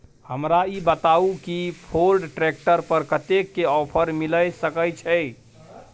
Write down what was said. हमरा ई बताउ कि फोर्ड ट्रैक्टर पर कतेक के ऑफर मिलय सके छै?